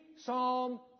Psalm